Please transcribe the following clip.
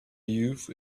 youth